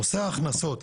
נושא ההכנסות,